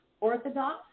Orthodox